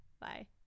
Bye